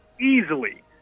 easily